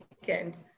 weekend